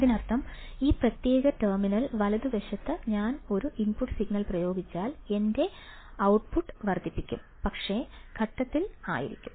അതിനർത്ഥം ഈ പ്രത്യേക ടെർമിനലിൽ വലതുവശത്ത് ഞാൻ ഒരു ഇൻപുട്ട് സിഗ്നൽ പ്രയോഗിച്ചാൽ എന്റെ ഔട്ട്പുട്ട് വർദ്ധിപ്പിക്കും പക്ഷേ ഘട്ടത്തിൽ ആയിരിക്കും